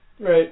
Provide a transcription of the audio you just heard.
Right